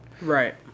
Right